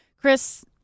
Chris